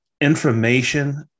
Information